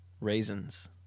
raisins